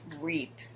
reap